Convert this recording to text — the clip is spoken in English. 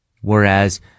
Whereas